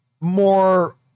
more